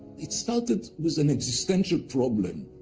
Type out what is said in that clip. it started with an existential problem,